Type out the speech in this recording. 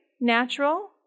natural